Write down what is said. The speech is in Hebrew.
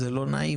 זה לא נעים.